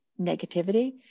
negativity